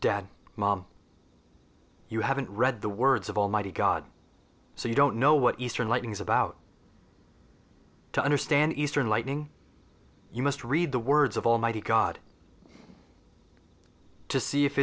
dead mom you haven't read the words of almighty god so you don't know what eastern writings about to understand eastern lightning you must read the words of almighty god to see if